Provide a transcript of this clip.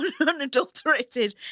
unadulterated